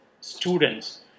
students